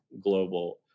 global